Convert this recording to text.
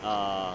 err